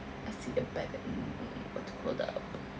I see a bad mmhmm but you hold up